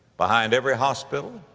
behind every hospital,